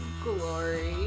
glory